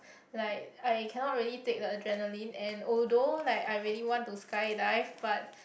like I cannot really take the adrenaline and although like I really want to skydive but